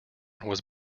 was